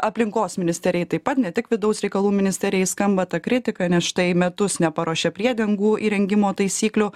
aplinkos ministerijai taip pat ne tik vidaus reikalų ministerijai skamba ta kritika nes štai metus neparuošia priedangų įrengimo taisyklių